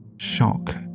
shock